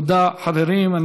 תודה, חברים.